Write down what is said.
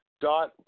dot